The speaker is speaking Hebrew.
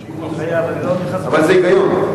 אבל זה היגיון.